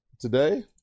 today